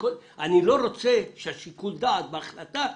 אני לא רוצה ששיקול הדעת בהחלטה